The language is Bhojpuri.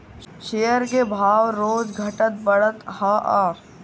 शेयर के भाव रोज घटत बढ़त हअ